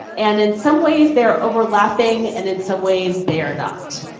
and in some ways they are overlapping, and in some ways they are not.